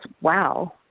wow